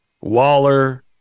Waller